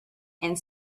and